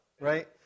right